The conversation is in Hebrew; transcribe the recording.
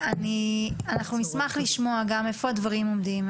אנחנו נשמח לשמוע איפה הדברים עומדים,